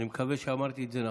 אני מקווה שאמרתי את זה נכון.